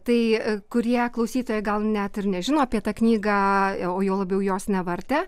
tai kurie klausytojai gal net ir nežino apie tą knygą o juo labiau jos nevartė